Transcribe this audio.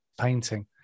painting